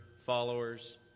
followers